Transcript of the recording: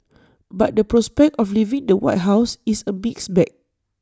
but the prospect of leaving the white house is A mixed bag